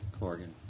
Corgan